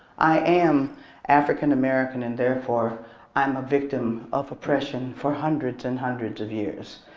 i am african american and therefore i'm a victim of oppression for hundreds and hundreds of years.